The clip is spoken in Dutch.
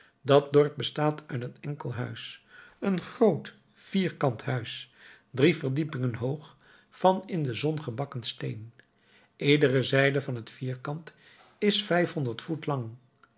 dat dorp bestaat uit een enkel huis een groot vierkant huis drie verdiepingen hoog van in de zon gebakken steen iedere zijde van het vierkant is vijfhonderd voet lang